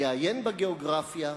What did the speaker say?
יעיין בגיאוגרפיה,